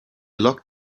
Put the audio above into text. locked